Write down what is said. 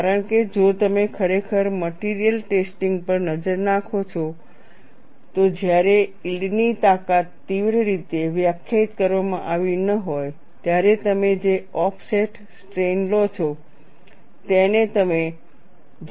કારણ કે જો તમે ખરેખર મટિરિયલ ટેસ્ટિંગ પર નજર નાખો છો તો જ્યારે યીલ્ડ ની તાકાત તીવ્ર રીતે વ્યાખ્યાયિત કરવામાં આવી ન હોય ત્યારે તમે જે ઓફસેટ સ્ટ્રેઇન લો છો તેને તમે 0